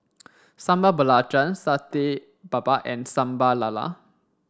Sambal Belacan Satay Babat and Sambal Lala